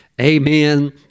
Amen